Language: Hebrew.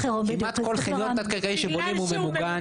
כמעט כל חניון תת קרקעי שנבנה הוא ממוגן.